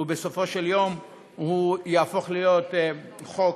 ובסופו של יום הוא יהפוך להיות חוק